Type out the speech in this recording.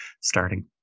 starting